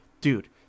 dude